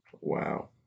wow